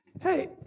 hey